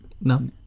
No